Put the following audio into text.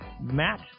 Matt